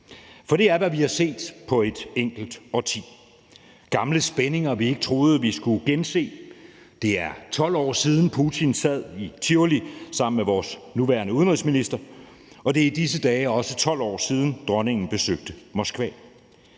For det er, hvad vi har set på et enkelt årti: Gamle spændinger, vi ikke troede vi skulle gense. Det er 12 år siden, Putin sad i Tivoli sammen med vores nuværende udenrigsminister, og det er i disse dag også 12 år siden, dronningen besøgte Moskva.